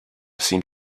seem